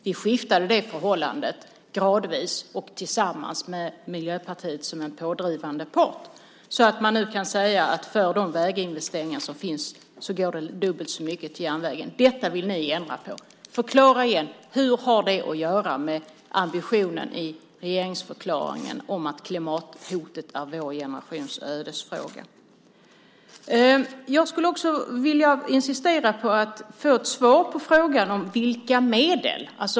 Vi skiftade det förhållandet gradvis och tillsammans med Miljöpartiet som en pådrivande part, så att man nu kan säga att det går dubbelt så mycket investeringar till järnvägen som till vägarna. Detta vill ni ändra på. Förklara igen hur detta har att göra med det som står i regeringsförklaringen om att klimathotet är vår generations ödesfråga! Jag vill insistera på att få ett svar på frågan om medel.